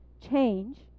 change